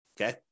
Okay